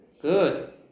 good